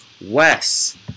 Wes